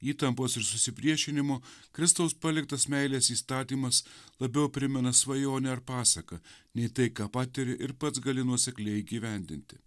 įtampos ir susipriešinimo kristaus paliktas meilės įstatymas labiau primena svajonę ar pasaką nei tai ką patiri ir pats gali nuosekliai įgyvendinti